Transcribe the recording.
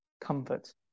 comfort